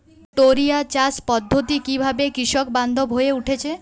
টোরিয়া চাষ পদ্ধতি কিভাবে কৃষকবান্ধব হয়ে উঠেছে?